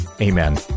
Amen